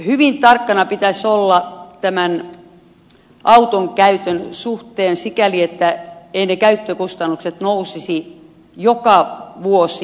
hyvin tarkkana pitäisi olla auton käytön suhteen sikäli että ne käyttökustannukset eivät nousisi joka vuosi